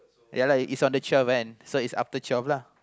yeah lah is on the twelve and so is after twelve lah